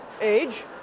age